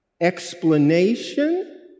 explanation